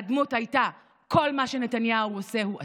והדמות הייתה שכל מה שנתניהו עושה הוא אסון.